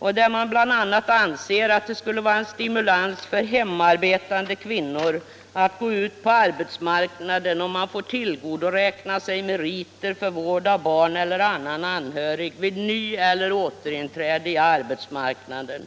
där det bl.a. uttalas att det skulle vara en stimulans för hemarbetande kvinnor att gå ut på arbetsmarknaden, om de får tillgodoräkna sig meriter för vård av barn eller annan anhörig vid ny eller återinträde på arbetsmarknaden.